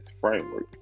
Framework